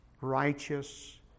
righteous